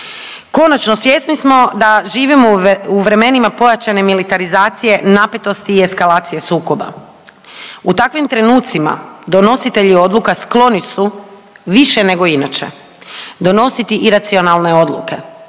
Konačno, svjesni smo da živimo u vremenima pojačane militarizacije napetosti i eskalacije sukoba. U takvim trenucima donositelji odluka skloni su više nego inače donositi iracionalne odluke